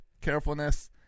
carefulness